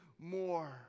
more